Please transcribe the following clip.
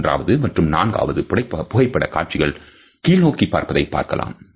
மூன்றாவது மற்றும் நான்காவது புகைப்படக் காட்சிகள் கீழ்நோக்கி பார்ப்பதை பார்க்கலாம்